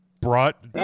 brought